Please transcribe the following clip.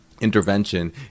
intervention